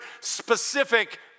specific